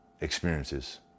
experiences